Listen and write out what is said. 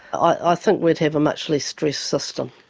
i think we'd have a much less stressed system.